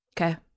Okay